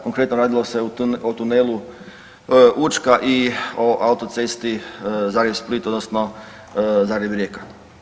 Konkretno radilo se o tunelu Učka i o autocesti Zagreb – Split odnosno Zagreb – Rijeka.